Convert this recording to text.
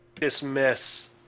dismiss